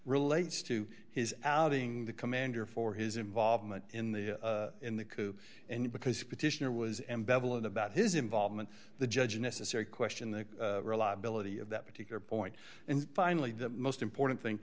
relates to his outing the commander for his involvement in the in the coup and because petitioner was embezzling about his involvement the judge necessary question the reliability of that particular point and finally the most important thing